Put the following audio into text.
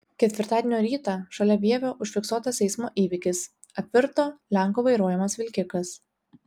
ketvirtadienio rytą šalia vievio užfiksuotas eismo įvykis apvirto lenko vairuojamas vilkikas